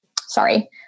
sorry